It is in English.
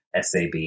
SAB